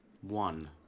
One